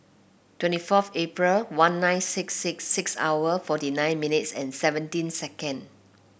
twenty forth April one nine six six six hour forty nine minutes and seventeen second